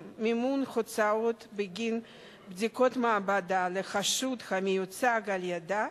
מימון הוצאות בגין בדיקות מעבדה לחשוד המיוצג על-ידה,